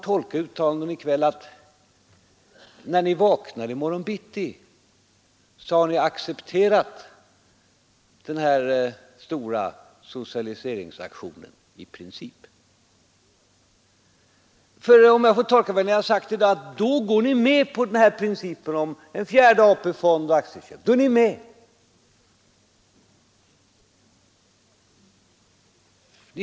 Jo, när ni vaknar i morgon bitti har ni i princip accepterat denna stora socialiseringsaktion. Om jag rätt tolkat vad ni sagt i dag, så går ni med på Nr 99 principen om en fjärde AP-fond och aktieköp. Ni är med på det.